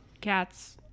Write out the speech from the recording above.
cats